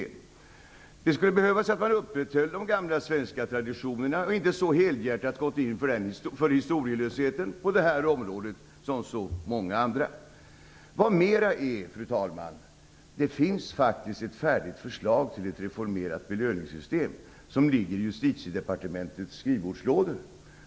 På det här området liksom på så många andra områden skulle det behövts att man upprätthöll de gamla svenska traditionerna och inte så helhjärtat gick in för historielösheten. Vad mera är, fru talman, är att det faktiskt finns ett färdigt förslag till ett reformerat belöningssystem som ligger i Justitiedepartementets skrivbordslådor.